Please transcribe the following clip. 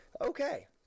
Okay